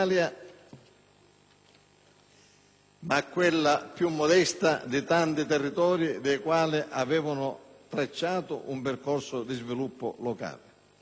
a quella più modesta di tanti territori dei quali avevano tracciato un percorso di sviluppo locale. Gli effetti sono noti: